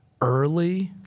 early